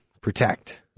protect